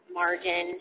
margin